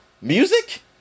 music